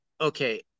Okay